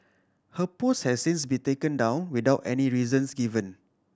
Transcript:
her post has since been taken down without any reasons given